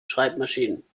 schreibmaschinen